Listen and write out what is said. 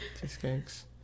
Cheesecakes